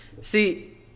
See